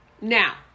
Now